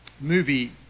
movie